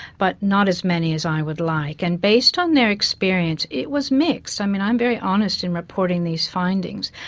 but not as many as i would like. and based on their experience it was mixed. i mean, i'm very honest in reporting these findings.